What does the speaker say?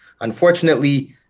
Unfortunately